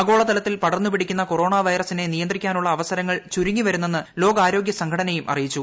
ആഗോളതലത്തിൽ പടർന്നുപിടിക്കുന്ന കൊറോണ വൈറസിനെ നിയന്ത്രിക്കാനുള്ള അവസരങ്ങൾ ചുരുങ്ങിവരുന്നെന്ന് ലോകാരോഗൃ സംഘടനയും അറിയിച്ചു